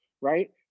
right